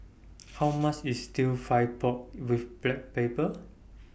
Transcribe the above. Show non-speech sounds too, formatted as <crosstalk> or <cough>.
<noise> How much IS Stir Fried Pork with Black Pepper